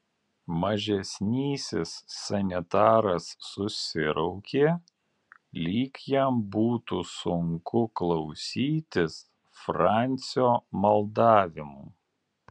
mažesnysis sanitaras susiraukė lyg jam būtų sunku klausytis francio maldavimų